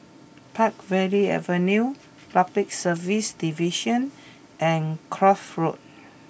Peakville Avenue Public Service Division and Kloof Road